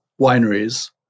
wineries